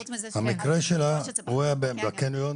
המקרה שלה היה בקניון,